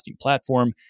platform